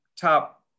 top